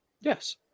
Yes